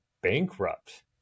bankrupt